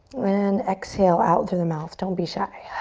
and exhale out through the mouth, don't be shy.